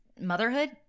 motherhood